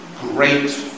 great